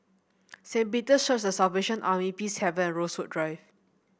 Saint Peter's Church The Salvation Army Peacehaven Rosewood Drive